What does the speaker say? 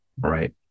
right